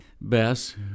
Bess